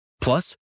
plus